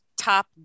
top